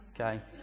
Okay